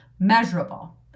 Measurable